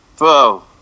whoa